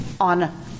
on